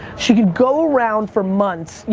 she could go around for months, yeah